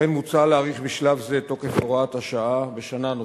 לכן מוצע להאריך בשלב זה את הוראת השעה בשנה נוספת.